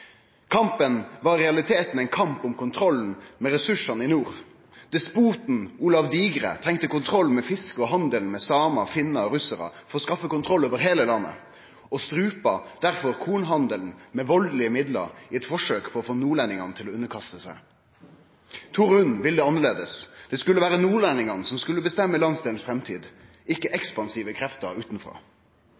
Kampen var i realiteten ein kamp om kontrollen med ressursane i nord. Despoten Olav Digre måtte ha kontroll med fisket og handelen med samar, finnar og russarar for å skaffe kontroll over heile landet, og han strupte derfor kornhandelen med valdelege middel i eit forsøk på å få nordlendingane til å underkaste seg. Tore Hund ville det annleis – det skulle vere nordlendingane som skulle bestemme framtida for landsdelen, ikkje ekspansive krefter utanfrå.